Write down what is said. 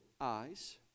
eyes